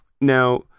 Now